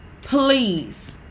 please